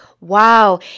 Wow